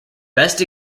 best